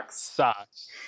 Socks